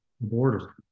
border